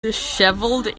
dishevelled